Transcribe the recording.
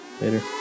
later